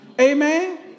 Amen